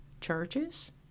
Churches